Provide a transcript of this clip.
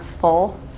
full